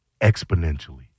exponentially